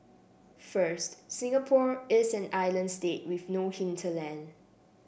first Singapore is an island state with no hinterland